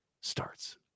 starts